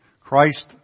Christ